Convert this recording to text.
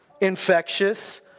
Infectious